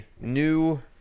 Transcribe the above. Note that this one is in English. new